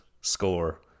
score